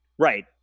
Right